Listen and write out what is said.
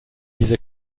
diese